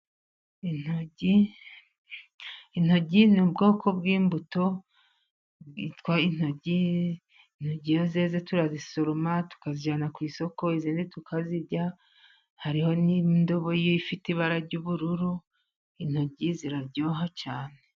Intoryi ni ubwoko bw'imbuto bwitwa intoryi. Intoryi iyo zeze turazisoroma, tukazijyana ku isoko. Izindi tukazirya hariho n'indobo y'ifite ibara ry'ubururu. intoryi ziraryoha cyane.